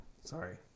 sorry